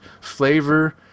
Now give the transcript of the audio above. flavor